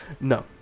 No